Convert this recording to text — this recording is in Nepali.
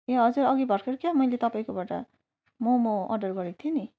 ए हजुर अघि भर्खर क्या मैले तपाईँकोबाट मोमो अर्डर गरेको थिएँ नि